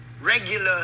regular